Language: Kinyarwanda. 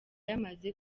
yamaze